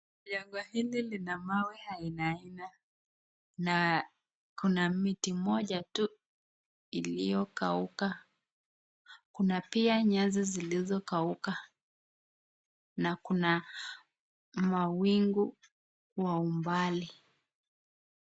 Jangwa hili lina mawe aina aina na kuna miti moja tu iliyokauka. Kuna pia nyasi zilizokauka na kuna mawingu kwa umbali.